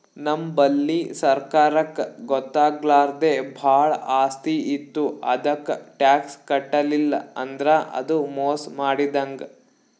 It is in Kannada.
ನಮ್ ಬಲ್ಲಿ ಸರ್ಕಾರಕ್ಕ್ ಗೊತ್ತಾಗ್ಲಾರ್ದೆ ಭಾಳ್ ಆಸ್ತಿ ಇತ್ತು ಅದಕ್ಕ್ ಟ್ಯಾಕ್ಸ್ ಕಟ್ಟಲಿಲ್ಲ್ ಅಂದ್ರ ಅದು ಮೋಸ್ ಮಾಡಿದಂಗ್